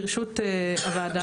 ברשות הוועדה,